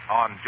on